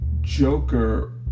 joker